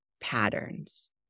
patterns